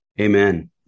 Amen